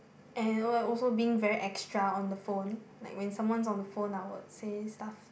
and also being very extra on the phone like when someone's on the phone I would say stuff